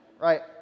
right